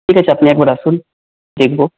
ঠিক আছে আপনি একবার আসুন দেখব